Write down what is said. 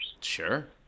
Sure